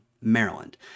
Maryland